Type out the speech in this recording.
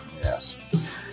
yes